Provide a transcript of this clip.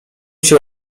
się